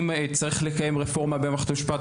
אם צריך לקיים רפורמה במערכת המשפט,